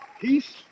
Peace